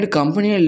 company